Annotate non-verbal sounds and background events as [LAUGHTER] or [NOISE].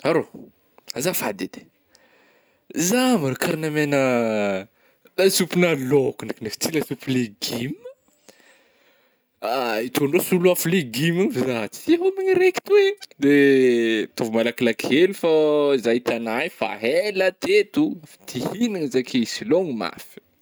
Arô ôh, azafady edy eh, zah mo ka raha namegna ah [LAUGHS] lasopigna laôko ndraiky nefa ty lasopy legioma, [HESITATION] ito ndrao soloàfy legioma agny fa zah tsy hômagna reky toy ih, de ataovy malakilaky hely fô zah hitagnao io efa ela teto oh, efa te hihignana za keo [UNINTELLIGIBLE] mafy.